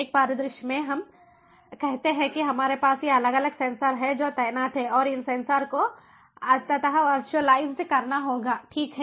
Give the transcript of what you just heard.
एक परिदृश्य में हम कहते हैं कि हमारे पास ये अलग अलग सेंसर हैं जो तैनात हैं और इन सेंसर को अंततः वर्चुअलाइज्ड करना होगा ठीक है